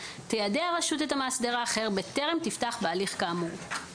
תיידע הרשות את המאסדר האחר בטרם תפתח בהליך כאמור.